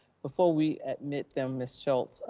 before we admit them. ms. schulz,